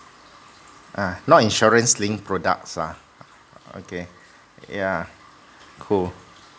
ah not insurance linked products ah okay yeah cool